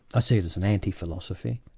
ah see it as an anti-philosophy,